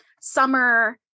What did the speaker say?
summer